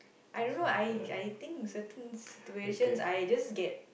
I don't know I I think certain situations I just get